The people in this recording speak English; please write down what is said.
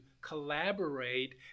collaborate